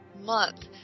month